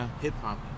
hip-hop